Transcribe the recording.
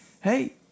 hey